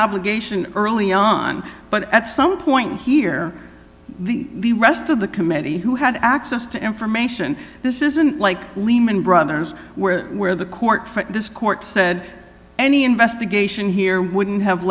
obligation early on but at some point here the rest of the committee who had access to information this isn't like lehman brothers where where the court for this court said any investigation here wouldn't have